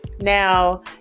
Now